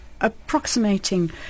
approximating